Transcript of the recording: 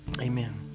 Amen